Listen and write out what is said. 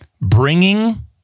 bringing